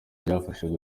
yifashishije